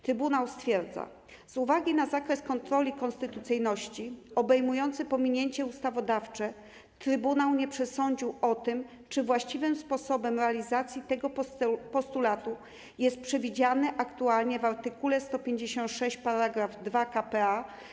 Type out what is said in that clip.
Trybunał stwierdza: Z uwagi na zakres kontroli konstytucyjności, obejmujący pominięcie ustawodawcze, trybunał nie przesądził o tym, czy właściwym sposobem realizacji tego postulatu jest przewidziany aktualnie w art. 156 § 2 k.p.a.